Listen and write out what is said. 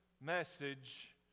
message